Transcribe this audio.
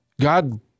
God